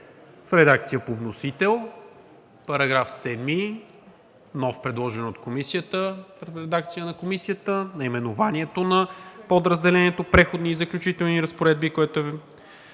в редакция по вносител; § 7 – нов, предложен от Комисията, в редакция на Комисията; наименованието на подразделението „Преходни и заключителни разпоредби“ – по